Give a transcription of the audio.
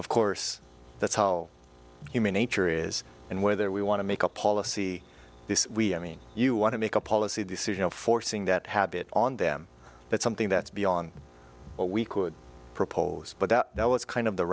of course that's human nature is and whether we want to make a policy i mean you want to make a policy decision forcing that habit on them that's something that's beyond what we could propose but that was kind of the